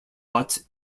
but